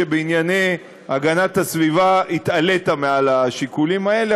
שבענייני הגנת הסביבה התעלית מעל השיקולים האלה,